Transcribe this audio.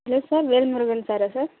hello sir Velmurugan சாரா sir